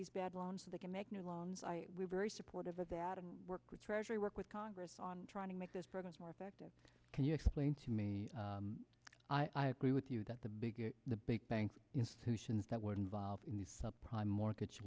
these bad loans so they can make new loans i was very supportive of that and work with treasury work with congress on trying to make this progress more effective can you explain to me i agree with you that the big the big banks institutions that were involved in the subprime mortgage